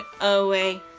away